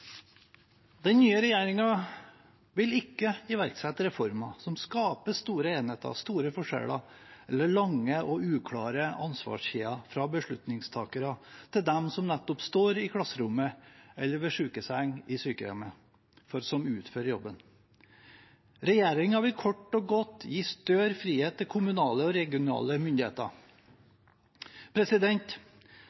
Den nye regjeringen vil ikke iverksette reformer som skaper store enheter og store forskjeller, eller lange og uklare ansvarskjeder fra beslutningstakere til dem som står i klasserommet eller ved en sykeseng på sykehjemmet og utfører jobben. Regjeringen vil kort og godt gi større frihet til kommunale og regionale myndigheter.